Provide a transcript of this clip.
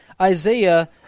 Isaiah